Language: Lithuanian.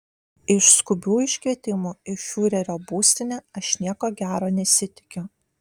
iš skubių iškvietimų į fiurerio būstinę aš nieko gero nesitikiu